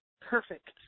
perfect